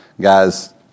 guys